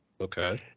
Okay